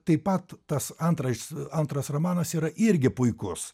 taip pat tas antras antras romanas yra irgi puikus